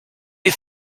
les